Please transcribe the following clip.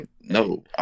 No